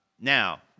Now